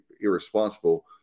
irresponsible